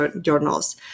journals